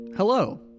Hello